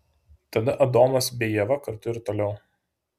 tada adomas bei ieva kartu ir toliau